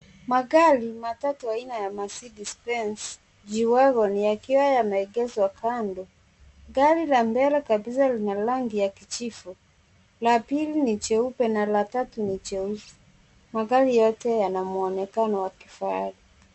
Magari matatu aina ya Mercedes benz g wagon yakiwa yameegeshwa kando. Gari la mbele kabisa lina rangi ya kijivu, la pili ni jeupe na la tatu ni jeusi. Magari yote yana muonekano wa kifahari.